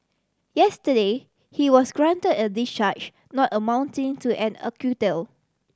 yesterday he was grant a discharge not amounting to an acquittal